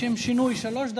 לשם שינוי, שלוש דקות.